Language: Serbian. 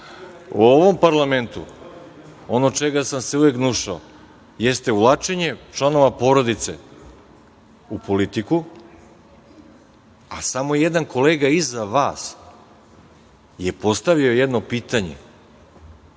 ovom parlamentu ono čega sam se uvek gnušao jeste uvlačenje članova porodice u politiku, a samo jedan kolega iza vas je postavio jedno pitanje